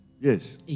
Yes